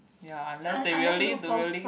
ya unless they really they really